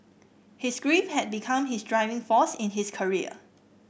his grief had become his driving force in his career